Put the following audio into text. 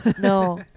No